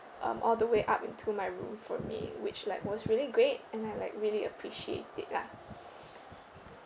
um all the way up into my room for me which like was really great and I like really appreciate it lah